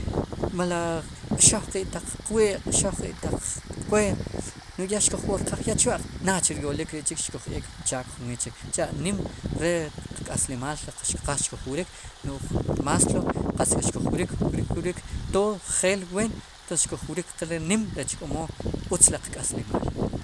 Melo kq'xoj keq taq qwi' kq'xow keq taq qkweerpo no'j ya xkuj woor qaaj ya chwa'q naach ryolik ri' chik xkuj eek pchaak jun weet chik cha' nim re qk'aslimaal si qa xkuj wrik no'j más tlo qatz k'a xkuj wrik, wrik tod njeel ween entonces xkuj wrik nim rech k'omo utz ri qk'aslimaal.